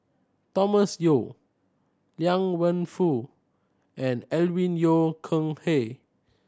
Thomas Yeo Liang Wenfu and Alvin Yeo Khirn Hai